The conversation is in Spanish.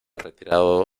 retirado